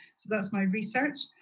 so that's my research.